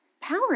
Power